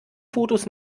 fotos